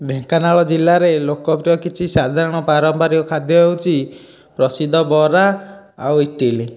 ଢେଙ୍କାନାଳ ଜିଲ୍ଲାରେ ଲୋକପ୍ରିୟ କିଛି ସାଧାରଣ ପାରମ୍ପାରିକ ଖାଦ୍ୟ ହେଉଛି ପ୍ରସିଦ୍ଧ ବରା ଆଉ ଇଟିଲି